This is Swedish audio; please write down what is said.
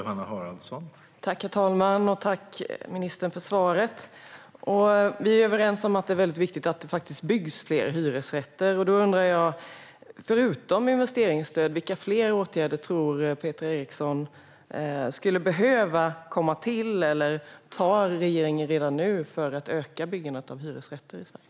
Herr talman! Tack, ministern, för svaret! Vi är överens om att det är väldigt viktigt att det byggs fler hyresrätter. Förutom investeringsstöd undrar jag vilka fler åtgärder Peter Eriksson tror skulle behövas för att öka byggandet av hyresrätter i Sverige. Vidtar regeringen redan nu fler åtgärder?